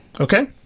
Okay